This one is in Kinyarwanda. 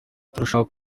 turashaka